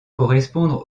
correspondre